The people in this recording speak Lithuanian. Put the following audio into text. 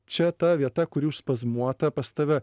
čia ta vieta kuri užspazmuota pas tave